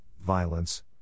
violence